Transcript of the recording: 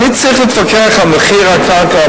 אני צריך להתווכח על מחיר הקרקע,